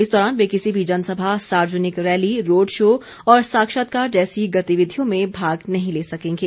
इस दौरान वे किसी भी जनसभा सार्वजनिक रैली रोड शो और साक्षात्कार जैसी गतिविधियों में भाग नहीं ले सकेंगे